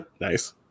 Nice